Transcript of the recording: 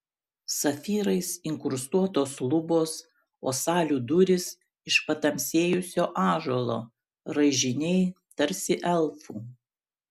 safyrais inkrustuotos lubos o salių durys iš patamsėjusio ąžuolo raižiniai tarsi elfų